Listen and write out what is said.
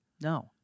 No